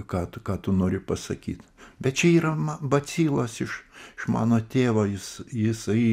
ką tu ką tu nori pasakyt bet čia yra na bacilos iš iš mano tėvo jis jisai